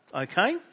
okay